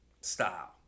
style